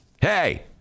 Hey